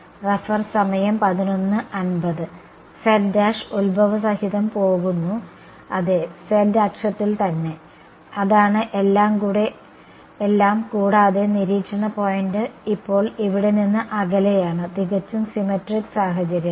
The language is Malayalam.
z ഉത്ഭവം സഹിതം പോകുന്നു അതെ z അക്ഷത്തിൽ തന്നെ അതാണ് എല്ലാം കൂടാതെ നിരീക്ഷണ പോയിന്റ് ഇപ്പോൾ ഇവിടെനിന്ന് അകലെയാണ് തികച്ചും സിമെട്രിക് സാഹചര്യങ്ങൾ